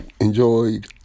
enjoyed